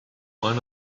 one